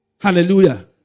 Hallelujah